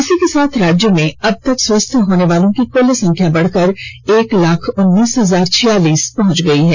इसी के साथ राज्य में अब तक स्वस्थ होनेवालों की कुल संख्या बढ़कर एक लाख उन्नीस हजार छियालीस पहुंच गई है